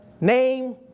Name